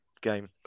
game